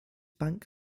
bank